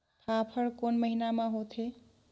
फाफण कोन महीना म होथे?